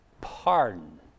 pardon